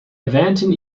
erwähnten